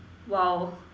!wow!